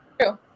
true